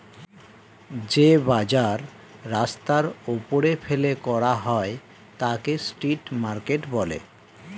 যে বাজার রাস্তার ওপরে ফেলে করা হয় তাকে স্ট্রিট মার্কেট বলে